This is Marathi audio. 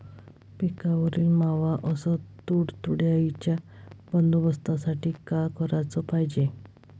पिकावरील मावा अस तुडतुड्याइच्या बंदोबस्तासाठी का कराच पायजे?